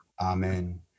Amen